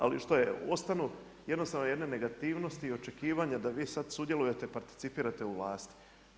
Ali što je ostanu jednostavno jedne negativnosti, očekivanja da vi sad sudjelujete, participirate u vlasti.